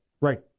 Right